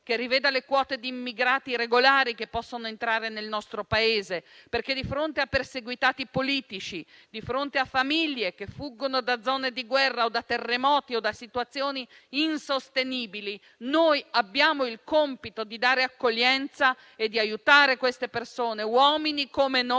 che riveda le quote di immigrati regolari che possono entrare nel nostro Paese perché di fronte a perseguitati politici, a famiglie che fuggono da zone di guerra, da terremoti o da situazioni insostenibili, noi abbiamo il compito di dare accoglienza e di aiutare queste persone - uomini, come noi,